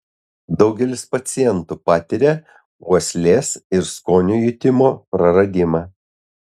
daugelis pacientų patiria uoslės ir skonio jutimo praradimą